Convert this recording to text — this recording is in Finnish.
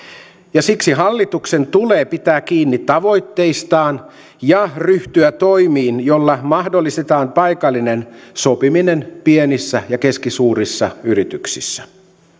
ja siksi hallituksen tulee pitää kiinni tavoitteistaan ja ryhtyä toimiin joilla mahdollistetaan paikallinen sopiminen pienissä ja keskisuurissa yrityksissä